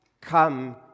come